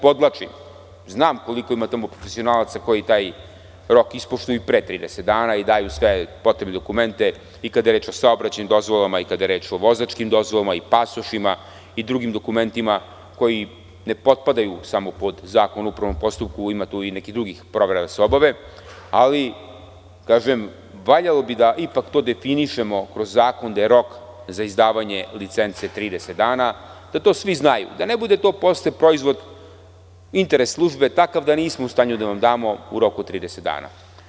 Podvlačim, znam koliko tamo ima profesionalaca koji taj rok ispoštuju i pre 30 dana i daju sve potrebne dokumente i kada je reč o saobraćajnim dozvolama i kada je reč o vozačkim dozvolama i pasošima i drugim dokumentima koji ne potpadaju samo pod Zakon o upravnom postupku, ima tu i nekih drugih provera da se obave, ali valjalo bi da ipak to definišemo kroz zakon da je rok za izdavanje licence 30 dana, da to svi znaju, da to ne bude posle interes službe takav da nismo u stanju da vam damo u roku od 30 dana.